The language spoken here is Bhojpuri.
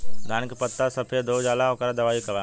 धान के पत्ता सफेद हो जाला ओकर दवाई का बा?